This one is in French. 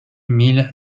mille